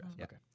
Okay